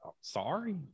Sorry